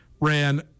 ran